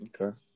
Okay